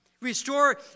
Restore